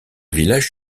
village